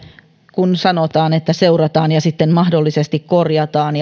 kun sanotaan että seurataan ja sitten mahdollisesti korjataan